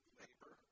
labor